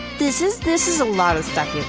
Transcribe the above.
this is this is a lot of stuff, you